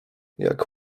jak